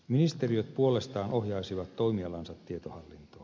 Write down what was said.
ministeriöt puolestaan ohjaisivat toimialansa tietohallintoa